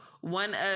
one